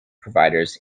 providers